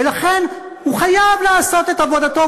ולכן הוא חייב לעשות את עבודתו,